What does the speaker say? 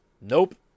nope